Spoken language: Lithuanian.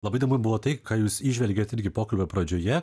labai įdomu buvo tai ką jūs įžvelgėt irgi pokalbio pradžioje